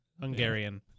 Hungarian